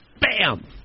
bam